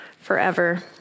forever